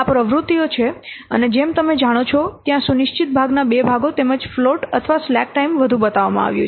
આ પ્રવૃત્તિઓ છે અને જેમ તમે જાણો છો ત્યાં સુનિશ્ચિત ભાગના બે ભાગો તેમજ ફ્લોટ અથવા સ્લેક ટાઇમ બધું બતાવવામાં આવ્યું છે